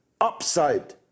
upside